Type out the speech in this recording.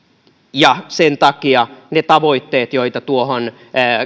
ja sen takia ne tavoitteet joita tuohon